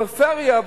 פריפריה.